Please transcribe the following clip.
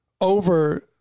over